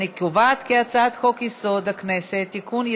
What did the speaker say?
אני קובעת כי הצעת חוק-יסוד: הכנסת (תיקון,